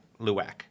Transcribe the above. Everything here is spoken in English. Luwak